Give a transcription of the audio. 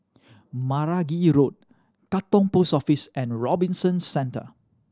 Meragi Road Katong Post Office and Robinson Centre